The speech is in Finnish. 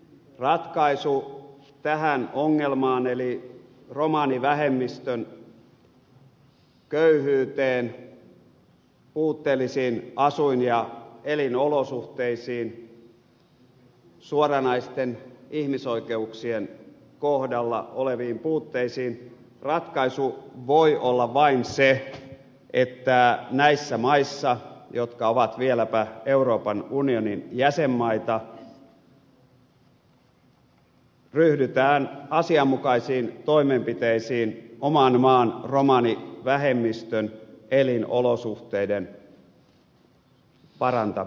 ratkaisu tähän ongelmaan eli romanivähemmistön köyhyyteen puutteellisiin asuin ja elinolosuhteisiin suoranaisiin ihmisoikeuksien kohdalla oleviin puutteisiin voi olla vain se että näissä maissa jotka ovat vieläpä euroopan unionin jäsenmaita ryhdytään asianmukaisiin toimenpiteisiin oman maan romanivähemmistön elinolosuhteiden parantamiseksi